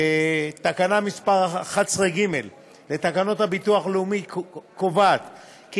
תקנה 11ג לתקנות הביטוח הלאומי קובעת כי